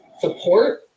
support